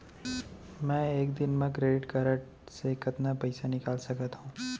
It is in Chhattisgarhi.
मैं एक दिन म क्रेडिट कारड से कतना पइसा निकाल सकत हो?